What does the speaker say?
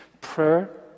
prayer